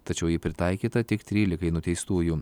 tačiau ji pritaikyta tik trylikai nuteistųjų